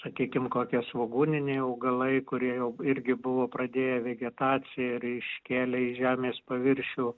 sakykim kokie svogūniniai augalai kurie jau irgi buvo pradėję vegetaciją ir iškėlė į žemės paviršių